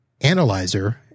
analyzer